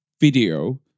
video